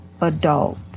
adult